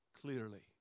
clearly